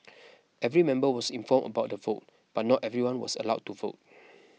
every member was informed about the vote but not everyone was allowed to vote